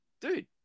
dude